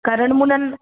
कारण मुलांना